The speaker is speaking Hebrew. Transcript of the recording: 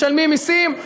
משלמים מסים,